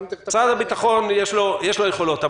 למשרד הביטחון יש יכולות,